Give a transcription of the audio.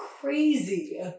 crazy